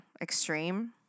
extreme